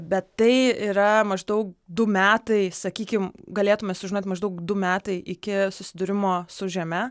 bet tai yra maždaug du metai sakykim galėtume sužinot maždaug du metai iki susidūrimo su žeme